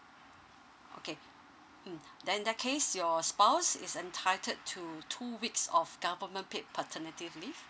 okay mm then in that case your spouse is entitled to two weeks of government paid paternity leave